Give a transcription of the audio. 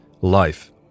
life